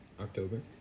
October